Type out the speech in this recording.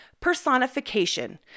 personification